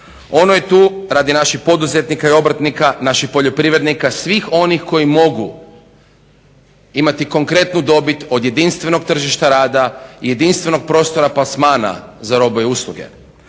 Ono je tu radi naših poduzetnika i obrtnika, naših poljoprivrednika, svih onih koji mogu imati konkretnu dobit od jedinstvenog tržišta rada i jedinstvenog prostora plasmana za robe i usluge.